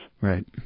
Right